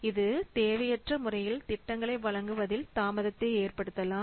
இது தேவையற்ற முறையில் திட்டங்களை வழங்குவதில் தாமதத்தை ஏற்படுத்தலாம்